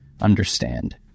understand